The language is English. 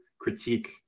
critique